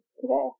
today